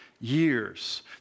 years